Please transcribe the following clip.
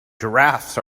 giraffes